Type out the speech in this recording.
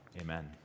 Amen